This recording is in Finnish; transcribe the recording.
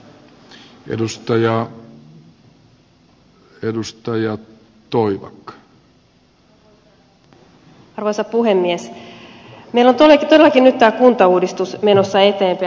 meillä on todellakin nyt tämä kuntauudistus menossa eteenpäin